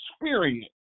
experience